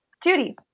Judy